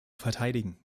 verteidigen